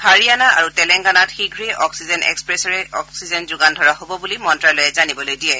হাৰিয়ানা আৰু তেলেংগানাক শীঘ্ৰে অক্সিজেন এক্সপ্ৰেছেৰে অক্সিজেন যোগান ধৰা হ'ব বুলি মন্ত্যালয়ে জানিবলৈ দিছে